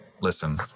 Listen